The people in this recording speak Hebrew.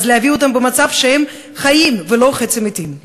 אז להביא אותם במצב שהם חיים ולא חצי מתים.